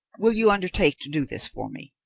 will you undertake to do this for me?